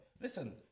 Listen